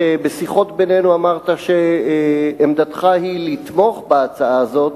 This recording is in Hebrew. ובשיחות בינינו אמרת שעמדתך היא לתמוך בהצעה הזאת,